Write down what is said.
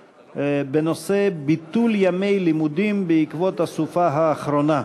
בנושא: ביטול ימי לימודים בעקבות הסופה האחרונה.